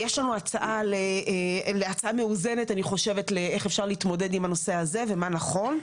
יש לנו הצעה מאוזנת אני חושבת לאיך אפשר להתמודד עם הנושא הזה ומה נכון.